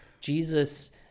Jesus